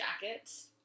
jackets